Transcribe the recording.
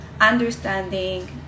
understanding